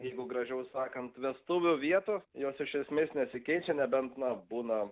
jeigu gražiau sakant vestuvių vietos jos iš esmės nesikeičia nebent na būna